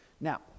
Now